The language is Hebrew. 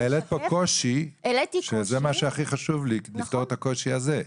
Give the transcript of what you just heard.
העלית פה קושי והכי חשוב לי לפתור את הקושי הזה.